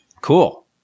Cool